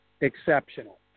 exceptional